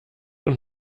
und